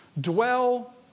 dwell